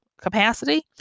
capacity